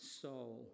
soul